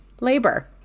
labor